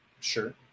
Sure